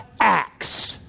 acts